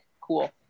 cool